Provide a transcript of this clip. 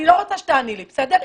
אני לא רוצה שתעני לי, בסדר?